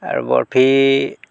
আৰু বৰফি